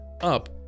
up